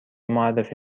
معرفی